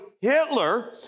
Hitler